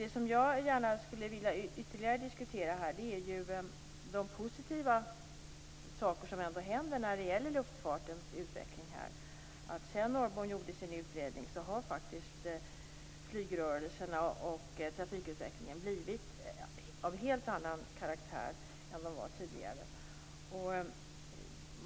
Det som jag gärna skulle vilja diskutera ytterligare är de positiva saker som ändå händer när det gäller luftfartens utveckling. Sedan Norrbom gjorde sin utredning har flygrörelserna och trafikutvecklingen blivit av en helt annan karaktär än de var tidigare.